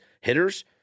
hitters